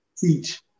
teach